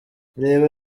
reba